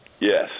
Yes